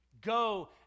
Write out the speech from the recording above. go